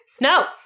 No